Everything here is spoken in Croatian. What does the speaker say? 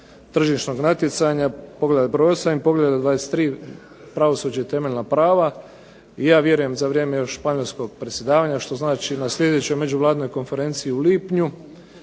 tržišnog natjecanja, .../Govornik se ne razumije./... i poglavlje 23. Pravosuđe i temeljna prava. I ja vjerujem za vrijeme još španjolskog predsjedavanja što znači na sljedećoj međuvladinoj konferenciji u lipnju